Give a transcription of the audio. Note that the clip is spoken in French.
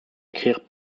écrire